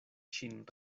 ŝin